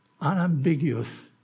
unambiguous